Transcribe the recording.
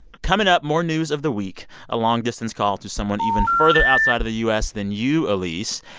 coming up, more news of the week a long-distance call to someone even further outside of the u s. than you, elise.